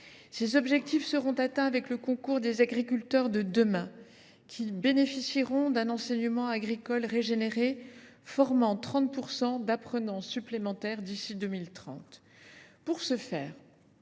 Ces objectifs seront atteints avec le concours des agriculteurs de demain, qui bénéficieront d’un enseignement agricole régénéré formant 30 % d’apprenants supplémentaires d’ici à 2030. Pour ce faire,